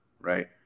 right